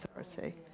authority